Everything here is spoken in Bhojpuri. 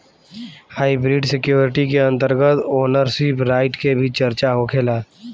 हाइब्रिड सिक्योरिटी के अंतर्गत ओनरशिप राइट के भी चर्चा होखेला